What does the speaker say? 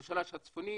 במשולש הצפוני